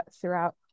throughout